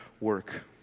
work